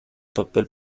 papel